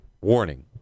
warning